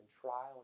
trial